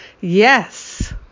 Yes